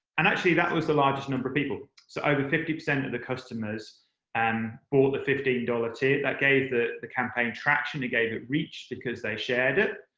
and actually, that was the largest number of people. so over fifty percent of the customers and bought the fifteen dollars tier. that gave the the campaign traction. it gave it reach. because they shared it.